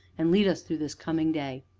and lead us through this coming day.